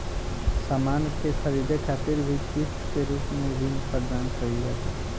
सामान के ख़रीदे खातिर भी किस्त के रूप में ऋण प्रदान कईल जाता